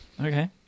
Okay